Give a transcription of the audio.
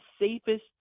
safest